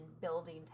building